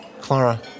Clara